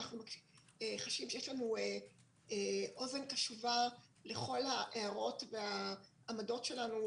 אנחנו חשים שיש לנו אוזן קשובה לכל ההערות והעמדות שלנו,